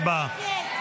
הצבעה.